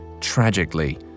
Tragically